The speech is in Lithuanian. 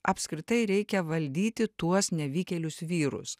apskritai reikia valdyti tuos nevykėlius vyrus